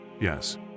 Yes